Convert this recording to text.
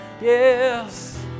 Yes